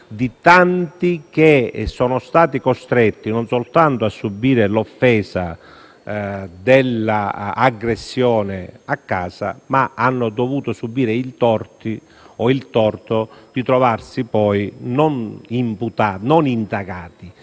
di tanti che sono stati costretti non soltanto a subire l'offesa dell'aggressione in casa, ma anche a subire il torto di trovarsi poi non soltanto